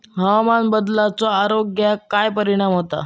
हवामान बदलाचो आरोग्याक काय परिणाम होतत?